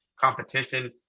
competition